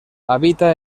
habita